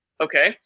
okay